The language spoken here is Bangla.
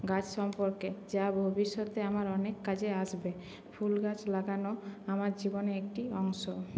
গাছ সম্পর্কে যা ভবিষ্যতে আমার অনেক কাজে আসবে ফুল গাছ লাগানো আমার জীবনের একটি অংশ